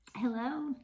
Hello